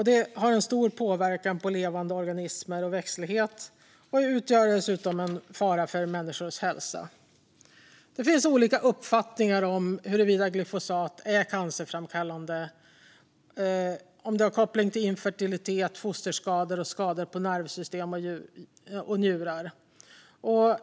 Det har stor påverkan på levande organismer och växtlighet och utgör dessutom en fara för människors hälsa. Det finns olika uppfattningar om huruvida glyfosat är cancerframkallande och huruvida det har koppling till infertilitet, fosterskador och skador på nervsystem och njurar.